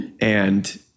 and-